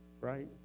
right